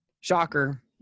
shocker